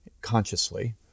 consciously